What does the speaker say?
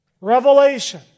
Revelation